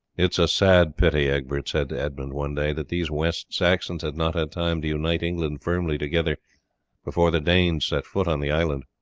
it is a sad pity, egbert said to edmund one day, that these west saxons had not had time to unite england firmly together before the danes set foot on the island.